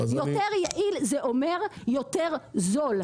יותר יעיל הכוונה יותר זול,